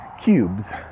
cubes